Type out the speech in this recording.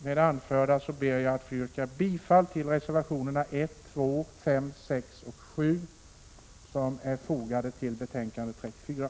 Med det anförda ber jag att få yrka bifall till reservationerna 1, 2, 5, 6 och 7 som är fogade till betänkande 34.